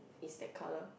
is that color